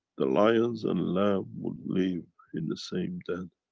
the lions and lamb would live in the same den.